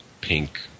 pink